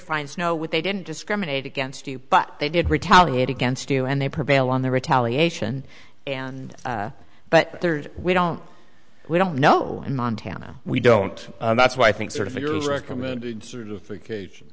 finds no what they didn't discriminate against you but they did retaliate against you and they prevail on the retaliation and but we don't we don't know in montana we don't and that's why i think sort of your recommended certification